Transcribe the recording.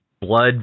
blood